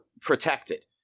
protected